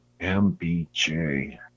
mbj